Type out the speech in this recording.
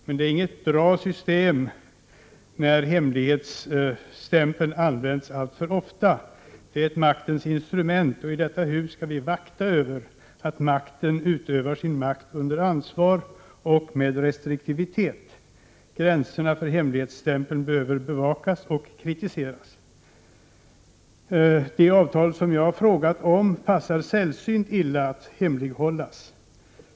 Men det är inget bra system när hemligstämpeln används alltför ofta. Den är ett maktens instrument, och i detta hus skall vi vaka över att makten utövas under ansvar och med restriktivitet. Gränserna för hemligstämpeln behöver bevakas och kritiseras. Det avtal som jag har frågat om passar sällsynt illa att hemlighållas.